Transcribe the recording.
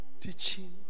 teaching